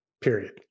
period